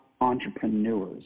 entrepreneurs